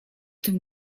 tym